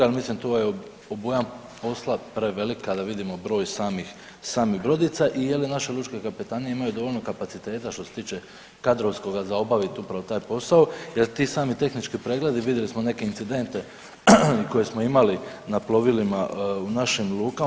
Jer mislim to je obujam posla prevelik a da vidim broj samih, samih brodica i je li naše lučke kapetanije imaju dovoljno kapaciteta što se tiče kadrovskoga za obavit upravo taj posao, jer ti sami tehnički pregledi, vidjeli smo neke incidente koje smo imali na plovilima u našim lukama.